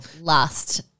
last